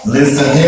Listen